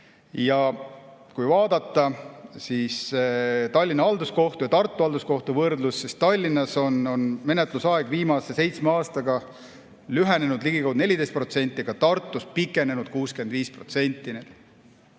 vahel. Vaatame Tallinna Halduskohtu ja Tartu Halduskohtu võrdlust: Tallinnas on menetlusaeg viimase seitsme aastaga lühenenud ligikaudu 14%, aga Tartus pikenenud 65%.